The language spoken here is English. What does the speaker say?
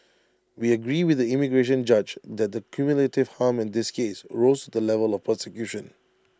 we agree with the immigration judge that the cumulative harm in this case rose the level of persecution